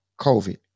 COVID